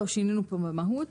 לא שינינו כאן במהות.